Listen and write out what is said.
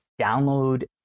download